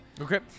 okay